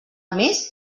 més